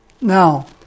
Now